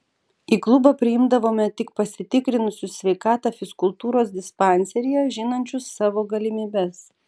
į klubą priimdavome tik pasitikrinusius sveikatą fizkultūros dispanseryje žinančius savo galimybes